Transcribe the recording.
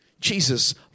Jesus